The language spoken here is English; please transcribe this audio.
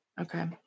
Okay